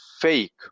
fake